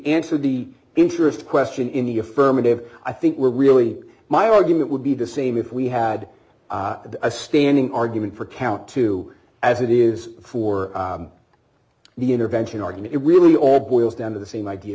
answered the interest question in the affirmative i think we're really my argument would be the same if we had a standing argument for count two as it is for the intervention argument really all boils down to the same